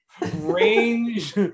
Range